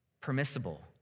permissible